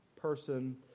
person